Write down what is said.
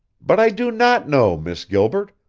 but i do not know, miss gilbert.